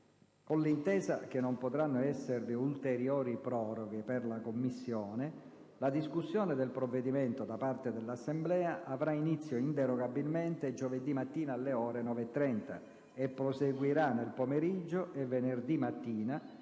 Con l'intesa che non potranno esservi ulteriori proroghe per la Commissione, la discussione del provvedimento da parte dell'Assemblea avrà inizio inderogabilmente giovedì mattina alle ore 9,30 e proseguirà nel pomeriggio e venerdì mattina,